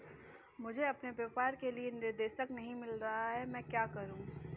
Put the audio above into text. मुझे अपने व्यापार के लिए निदेशक नहीं मिल रहा है मैं क्या करूं?